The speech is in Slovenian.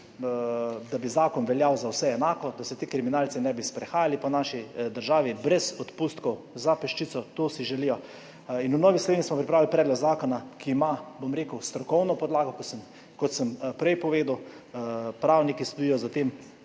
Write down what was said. da bi zakon veljal za vse enako, da se ti kriminalci ne bi sprehajali po naši državi, brez odpustkov za peščico, to si želijo. V Novi Sloveniji smo pripravili predlog zakona, ki ima, bom rekel, strokovno podlago, kot sem prej povedal, pravniki stojijo za tem.